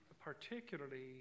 particularly